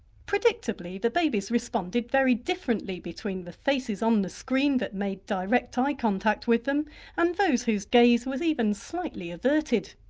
predictably the babies responded very differently between the faces on um the screen that made direct eye contact with them and those whose gaze was even slightly averted.